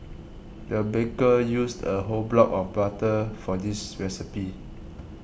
the baker used a whole block of butter for this recipe